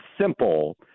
simple